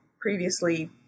previously